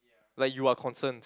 like you are concerned